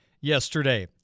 yesterday